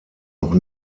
noch